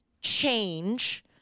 change